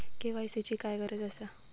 KYC ची काय गरज आसा?